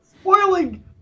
spoiling